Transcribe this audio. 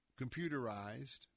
computerized